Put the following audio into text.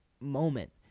moment